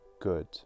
good